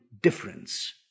difference